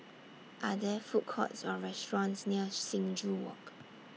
Are There Food Courts Or restaurants near Sing Joo Walk